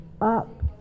up